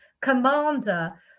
commander